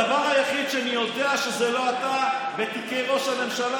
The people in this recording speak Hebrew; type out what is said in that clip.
הדבר היחיד שאני יודע שזה לא אתה בתיקי ראש הממשלה,